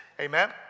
amen